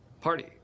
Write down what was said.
party